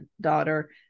daughter